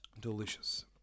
delicious